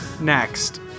Next